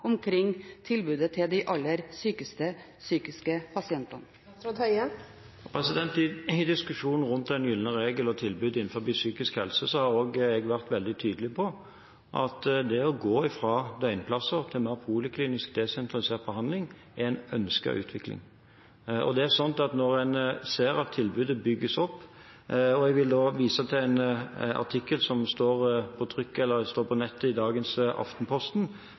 omkring tilbudet til de aller sykeste psykisk syke pasientene? I diskusjonen rundt den gylne regel og tilbudet innenfor psykisk helse har jeg vært veldig tydelig på at det å gå fra døgnplasser til mer poliklinisk, desentralisert behandling er en ønsket utvikling. Når det gjelder det tilbudet som en ser bygges opp, vil jeg vise til en artikkel som står på nettet i dagens Aftenposten, fra det ledende fagmiljøet på